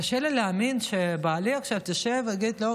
קשה לי להאמין שבעלי עכשיו ישב ויגיד: לא,